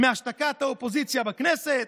מהשתקת האופוזיציה בכנסת?